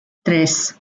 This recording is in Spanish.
tres